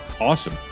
Awesome